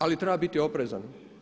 Ali treba biti oprezan.